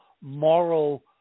moral